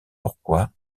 pourquoi